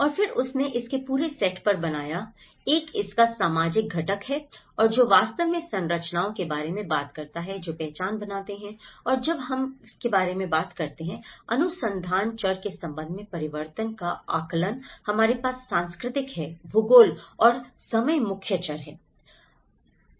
और फिर उसने इसके पूरे सेट पर बनाया एक इसका सामाजिक घटक है और जो वास्तव में संरचनाओं के बारे में बात करता है जो पहचान बनाते हैं और जब हम के बारे में बात करते हैं अनुसंधान चर के संबंध में परिवर्तन का आकलन हमारे पास सांस्कृतिक है भूगोल और समय मुख्य चर हैं